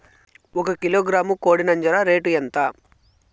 ఒక కిలోగ్రాము కోడి నంజర రేటు ఎంత?